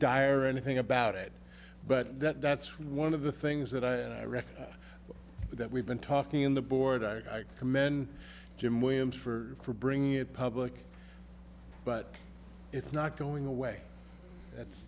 dire anything about it but that's one of the things that i reckon that we've been talking in the board i commend jim williams for bringing it public but it's not going away that's